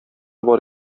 бар